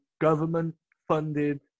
government-funded